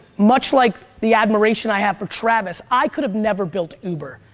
much like the admiration i have for travis, i could have never built uber,